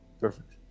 perfect